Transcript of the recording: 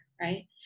right